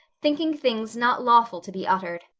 thinking things not lawful to be uttered.